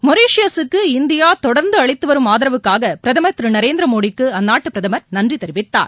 மொரீசியஸூக்கு இந்தியாதொடர்ந்துஅளித்துவரும் ஆதரவுக்காகபிரதமர் நரேந்திரமோடிக்குஅந்நாட்டுபிரதமர் நன்றிதெரிவித்தார்